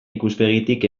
ikuspegitik